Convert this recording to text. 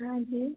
हाँ जी